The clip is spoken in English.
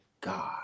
God